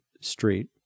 street